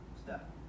step